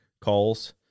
calls